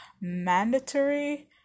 mandatory